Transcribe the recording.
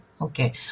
okay